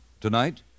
Tonight